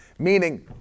meaning